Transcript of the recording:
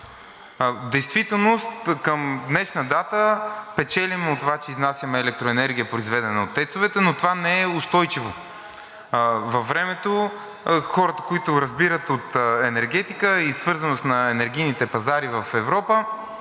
действителност към днешна дата печелим от това, че изнасяме електроенергия, произведена от ТЕЦ-овете, но това не е устойчиво във времето. Хората, които разбират от енергетика и свързаност на енергийните пазари в Европа,